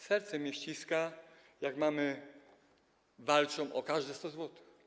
Serce mi się ściska, jak mamy walczą o każde 100 zł.